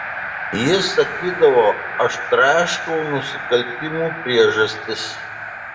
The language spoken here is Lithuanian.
jis sakydavo aš traiškau nusikaltimų priežastis